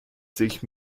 sich